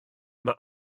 mae